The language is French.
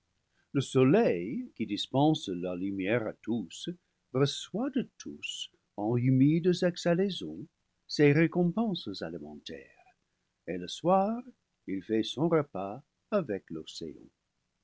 le soleil qui dispense la lumière à tous reçoit de tous en hu mides exhalaisons ses récompenses alimentaires et le soir il fait son repas avec l'océan